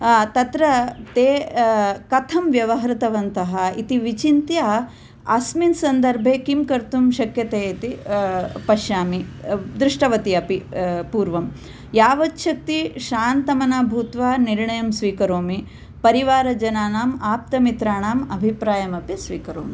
तत्र ते कथं व्यवह्रतवन्तः इति विचिन्त्य अस्मिन् सन्दर्भे किं कर्तुं शक्यते इति पश्यामि दृष्टवती अपि पूर्वं यावत्स्छक्ति शान्तमनो भूत्वा निर्णयं स्वीकरोमि परिवारजनानाम् आप्तमित्राणाम् अभिप्रायम् अपि स्वीकरोमि